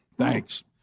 Thanks